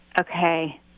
Okay